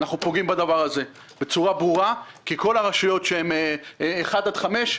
אנחנו פוגעים בדבר הזה בצורה ברורה כי כל הרשויות שהן 1 עד 5,